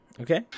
Okay